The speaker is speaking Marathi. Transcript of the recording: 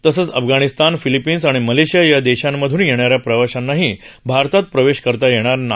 तसंच अफगाणिस्तान फिलिपिन्स आणि मलेशिया या देशांमधून येणाऱ्या प्रवाशांनाही भारतात प्रवेश करता येणार नाही